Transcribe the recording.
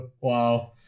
Wow